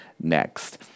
next